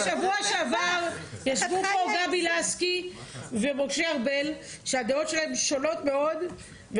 בשבוע שעבר ישבו פה גבי לסקי ומשה ארבל שהדעות שלהם שונות מאוד,